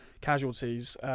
casualties